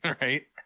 Right